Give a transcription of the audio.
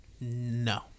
No